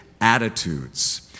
attitudes